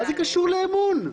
מה זה קשור לאמון?